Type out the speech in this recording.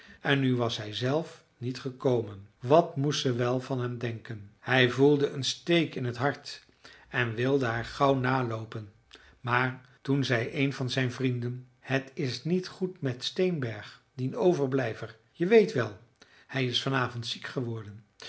en nu was hij zelf niet gekomen wat moest ze wel van hem denken hij voelde een steek in t hart en wilde haar gauw naloopen maar toen zei een van zijn vrienden het is niet goed met steenberg dien overblijver je weet wel hij is vanavond ziek geworden